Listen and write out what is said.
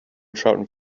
trout